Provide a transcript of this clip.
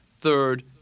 Third